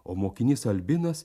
o mokinys albinas